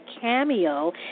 cameo